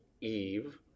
Eve